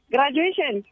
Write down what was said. Graduation